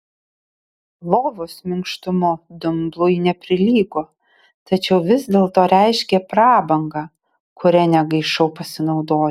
lovos minkštumu dumblui neprilygo tačiau vis dėlto reiškė prabangą kuria negaišau pasinaudoti